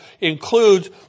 includes